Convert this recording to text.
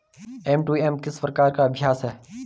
M to M किस प्रकार का अभ्यास है?